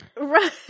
Right